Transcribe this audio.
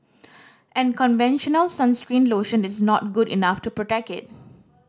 and conventional sunscreen lotion is not good enough to protect it